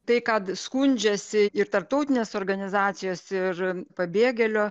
tai kad skundžiasi ir tarptautinės organizacijos ir pabėgėlio